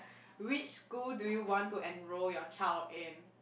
which school do you want to enroll your child in